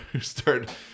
start